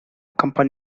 company